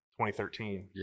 2013